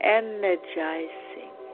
energizing